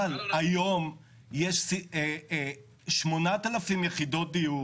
אבל היום יש 8,000 יחידות דיור